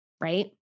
right